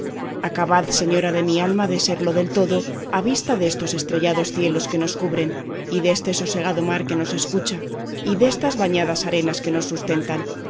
acabad señora de mi alma de serlo del todo a vista destos estrellados cielos que nos cubren y deste sosegado mar que nos escucha y destas bañadas arenas que nos sustentan